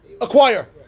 acquire